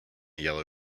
yellow